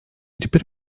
теперь